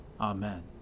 Amen